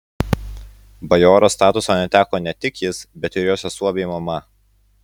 bajoro statuso neteko ne tik jis bet ir jo sesuo bei mama